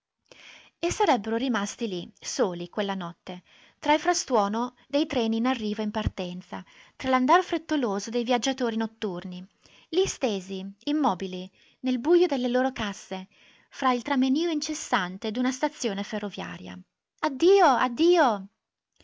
e sarebbero rimasti lì soli quella notte tra il frastuono dei treni in arrivo e in partenza tra l'andar frettoloso dei viaggiatori notturni lì stesi immobili nel bujo delle loro casse fra il tramenio incessante d'una stazione ferroviaria addio addio